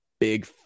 big